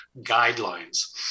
guidelines